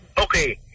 Okay